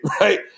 right